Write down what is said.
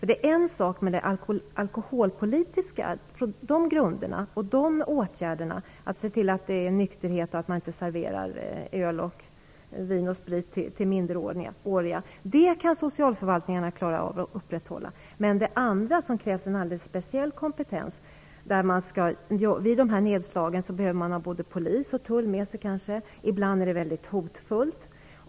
Det är en sak att göra något på alkoholpolitiska grunder - att se till att det är nyktert och att minderåriga inte serveras öl och sprit. Sådant kan socialförvaltningarna klara av och upprätthålla. Men för det andra krävs det en alldeles speciell kompetens. Vid nedslagen behövs kanske också både polis och tull. Ibland är det väldigt hotfullt.